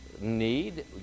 need